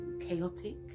chaotic